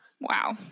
wow